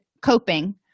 coping